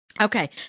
Okay